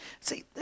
See